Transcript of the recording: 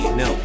no